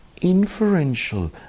inferential